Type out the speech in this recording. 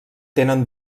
tenen